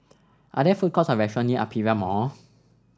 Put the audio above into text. are there food courts or restaurant near Aperia Mall